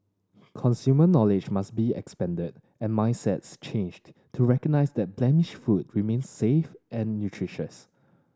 consumer knowledge must be expanded and mindsets changed to recognise that blemished food remains safe and nutritious